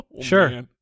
sure